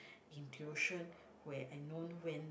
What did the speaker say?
intuition where I known when